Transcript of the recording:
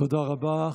תודה רבה.